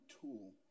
tool